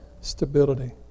stability